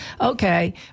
okay